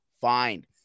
find